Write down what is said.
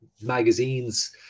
magazines